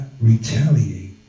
retaliate